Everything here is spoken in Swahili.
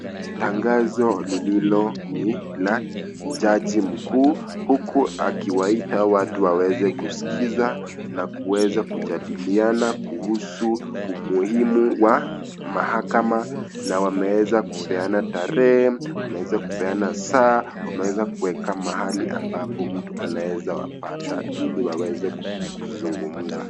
Tangazo lililo ni la jaji mkuu huku akiwaita watu waweze kuskiza na kuweza kujadiliana kuhusu umuhimi wa mahakama na wameweza kupeana tarehe, wameweza kupeana saa, wameweza kuweka mahali amabapo mtu anaweza wapata ili waweze kuzungumza.